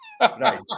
right